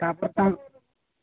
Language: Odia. ତାପରେ ତ